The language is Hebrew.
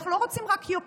אנחנו לא רוצים רק יוקרה,